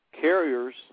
Carriers